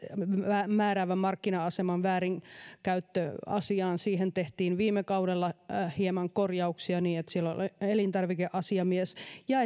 määräävän markkina aseman väärinkäyttöasiaan tehtiin viime kaudella hieman korjauksia niin että siellä on elintarvikeasiamies ja